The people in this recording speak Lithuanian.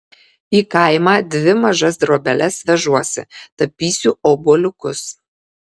į kaimą dvi mažas drobeles vežuosi tapysiu obuoliukus